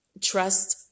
trust